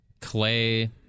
Clay